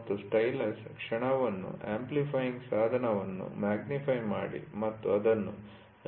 ಮತ್ತು ಸ್ಟೈಲಸ್ ಕ್ಷಣವನ್ನು ಅಂಪ್ಲಿಫ್ಯಿಂಗ್ ಸಾಧನವನ್ನು ಮಗ್ನಿಫೈ ಮಾಡಿ ಮತ್ತು ಅದನ್ನು